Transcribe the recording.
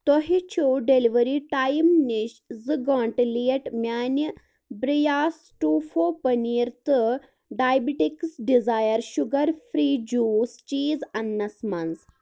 تۄہہِ چھُو delivery time نِش زٕ گٲنٛٹہٕ لیٹ میٛانہِ بِرٛیاس ٹوفو پٔنیٖر تہٕ diabetics desire sugar free juice cheese انٛنَس منٛز